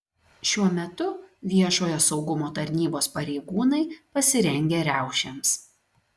šiuo metu viešojo saugumo tarnybos pareigūnai pasirengę riaušėms